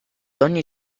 ogni